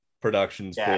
productions